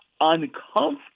uncomfortable